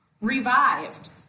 revived